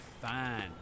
fine